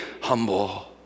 humble